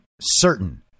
certain